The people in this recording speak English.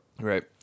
Right